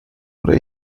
oder